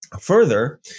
Further